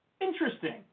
Interesting